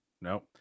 no